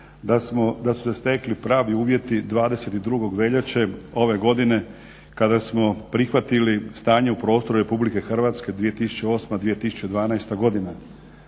da su se stekli pravi uvjeti 22. veljače ove godine kada smo prihvatili stanje u prostoru RH 2008-2012. godina.